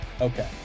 Okay